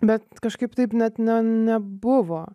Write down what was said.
bet kažkaip taip net ne nebuvo